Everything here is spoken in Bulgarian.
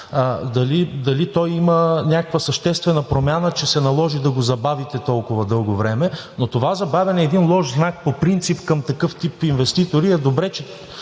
дали той има някаква съществена промяна, че се наложи да го забавите толкова дълго време, но това забавяне е един лош знак по принцип към такъв тип инвеститори,